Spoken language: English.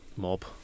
Mob